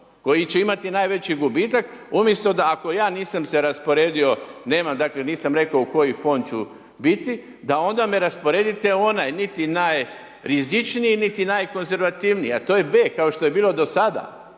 koji će imati najveći gubitak umjesto da, ako ja nisam se rasporedio, nema, dakle, nisam rekao u koji Fond ću biti, da onda me rasporedite u onaj, niti najrizičniji, niti najkonzervativniji, a to je B, kao što je bilo do sada.